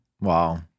Wow